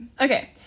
Okay